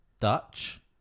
Dutch